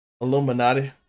illuminati